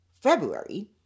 February